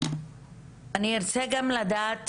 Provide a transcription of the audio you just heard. אני ארצה גם לדעת